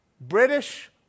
British